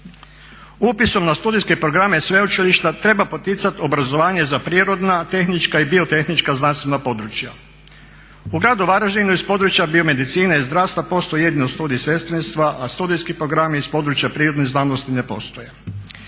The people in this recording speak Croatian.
upisom na studijske programe sveučilišta treba poticati obrazovanje za prirodna, tehnička i biotehnička znanstvena područja. U gradu Varaždinu iz područja biomedicine i zdravstva postoji jedino studij sestrinstva, a studijski programi iz područja prirodnih znanosti ne postoje.